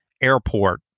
airport